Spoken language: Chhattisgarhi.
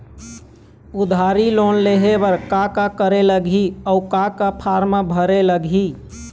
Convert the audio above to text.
उधारी लोन लेहे बर का का करे लगही अऊ का का फार्म भरे लगही?